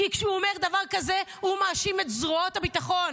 כי כשהוא אומר דבר כזה הוא מאשים את זרועות הביטחון,